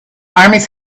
armies